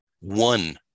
one